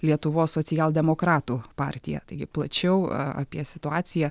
lietuvos socialdemokratų partiją taigi plačiau apie situaciją